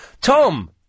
Tom